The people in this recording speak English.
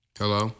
hello